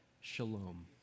shalom